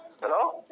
Hello